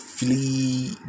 Flee